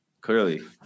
Clearly